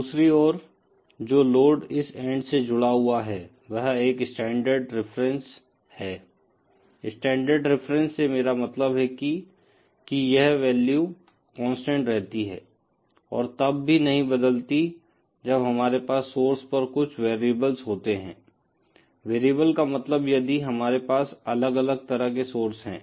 दूसरी ओर जो लोड इस एन्ड से जुड़ा हुआ है वह एक स्टैण्डर्ड रिफरेन्स है स्टैण्डर्ड रिफरेन्स से मेरा मतलब है कि की यह वैल्यू कांस्टेंट रहती है और तब भी नहीं बदलती जब हमारे पास सोर्स पर कुछ वेरिएबल्स होते हैं वेरिएबल का मतलब यदि हमारे पास अलग अलग तरह के सोर्स हैं